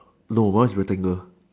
no one's rectangle